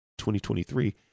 2023